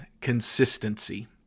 consistency